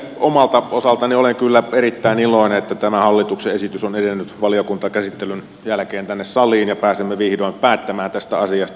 omalta osaltani olen kyllä erittäin iloinen että tämä hallituksen esitys on edennyt valiokuntakäsittelyn jälkeen tänne saliin ja pääsemme vihdoin päättämään tästä asiasta